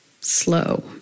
slow